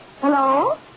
Hello